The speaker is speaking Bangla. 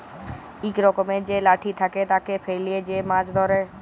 ইক রকমের যে লাঠি থাকে, তাকে ফেলে যে মাছ ধ্যরে